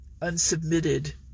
unsubmitted